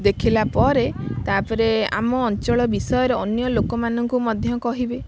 ଦେଖିଲା ପରେ ତାପରେ ଆମ ଅଞ୍ଚଳ ବିଷୟରେ ଅନ୍ୟ ଲୋକମାନଙ୍କୁ ମଧ୍ୟ କହିବେ